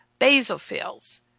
basophils